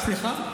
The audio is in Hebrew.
חבר הכנסת טיבי,